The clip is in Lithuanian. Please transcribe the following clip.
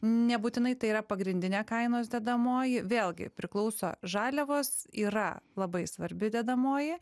nebūtinai tai yra pagrindinė kainos dedamoji vėlgi priklauso žaliavos yra labai svarbi dedamoji